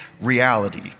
reality